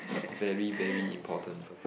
very very important